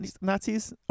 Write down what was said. Nazis